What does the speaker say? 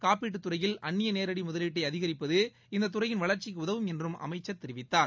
காப்பீட்டுத் துறையில் அந்நிய நேரடி முதலீட்டை அதிகரிப்பது இந்த துறையின் வளர்ச்சிக்கு உதவும் என்றும் அமைச்சர் தெரிவித்தார்